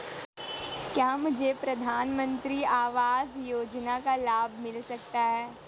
क्या मुझे प्रधानमंत्री आवास योजना का लाभ मिल सकता है?